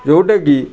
ଯେଉଁଟା କି